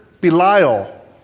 Belial